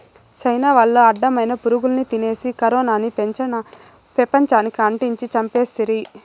China వాళ్లు అడ్డమైన పురుగుల్ని తినేసి కరోనాని పెపంచానికి అంటించి చంపేస్తిరి